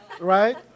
Right